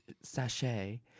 sachet